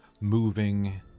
moving